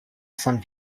sainte